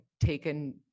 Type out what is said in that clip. taken